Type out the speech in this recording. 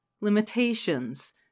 limitations